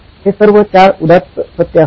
हे सर्व चार उदात्त सत्य होते